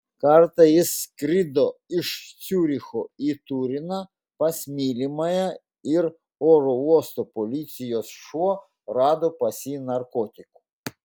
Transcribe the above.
kartą jis skrido iš ciuricho į turiną pas mylimąją ir oro uosto policijos šuo rado pas jį narkotikų